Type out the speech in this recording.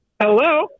Hello